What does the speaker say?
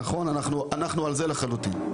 אנחנו לחלוטין על זה.